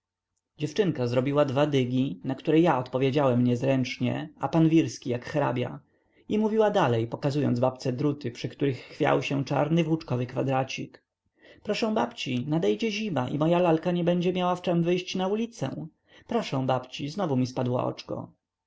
dziewczynka zrobiła dwa dygi na które ja odpowiedziałem niezręcznie a pan wirski jak hrabia i mówiła dalej pokazując babce druty przy których chwiał się czarny włóczkowy kwadracik proszę babci nadejdzie zima i moja lalka nie będzie miała w czem wyjść na ulicę proszę babci znowu mi spadło oczko